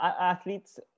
athletes